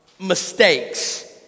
mistakes